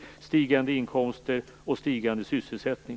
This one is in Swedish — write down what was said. Det blir stigande inkomster och stigande sysselsättning.